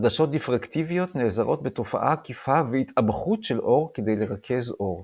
עדשות דיפרקטיביות נעזרות בתופעות עקיפה והתאבכות של אור כדי לרכז אור.